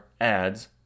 ads